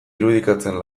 irudikatzen